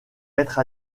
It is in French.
être